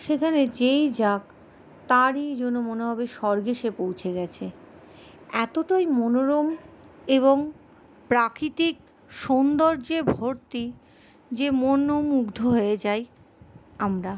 সেখানে যেই যাক তারই যেন মনে হবে স্বর্গে সে পৌঁছে গেছে এতটাই মনোরম এবং প্রাকৃতিক সৌন্দর্যে ভর্তি যে মনমুগ্ধ হয়ে যাই আমরা